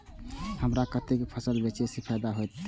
हमरा कते फसल बेचब जे फायदा होयत?